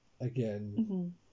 again